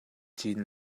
cin